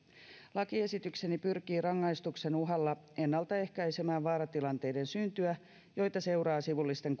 lakiesitykseni pyrkii rangaistuksen uhalla ennaltaehkäisemään vaaratilanteiden syntyä joita seuraa sivullisten